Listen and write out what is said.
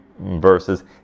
verses